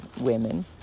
women